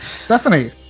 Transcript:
Stephanie